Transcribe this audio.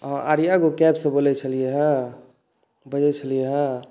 आर्या गो कैबसँ बोलै छलिए हँ बजै छलिए हँ